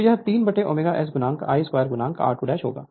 तो यह 3ω S I 2 r2होगा